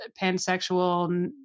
pansexual